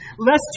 lest